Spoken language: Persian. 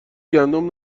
گندم